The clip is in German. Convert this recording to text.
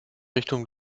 richtung